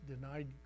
denied